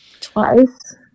Twice